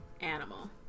animal